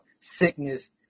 sickness